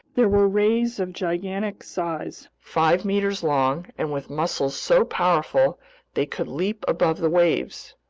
there were rays of gigantic size, five meters long and with muscles so powerful they could leap above the waves,